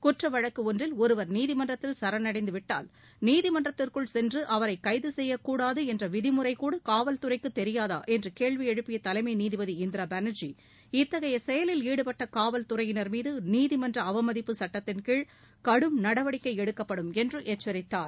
குற்ற வழக்கு ஒன்றில் ஒருவர் நீதிமன்றத்தில் சரணடைந்து விட்டால் நீதிமன்றத்திற்குள் சென்று அவரை கைது செய்யக்கூடாது என்ற விதிமுறை கூட கூவல்துறைக்கு தெரியாதா என்று கேள்வி எழுப்பிய தலைமை நீதிபதி இந்திரா பானா்ஜி இத்தகைய செயலில் ஈடுபட்ட காவல்துறையினா் மீது நீதிமன்ற அவமதிப்பு சட்டத்தின்கீழ் கடும் நடவடிக்கை எடுக்கப்படும் என்று எச்சித்தார்